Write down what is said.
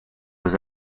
was